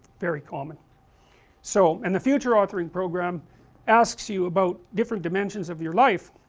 very common so, and the future authoring program asks you about different dimensions of your life